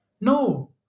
no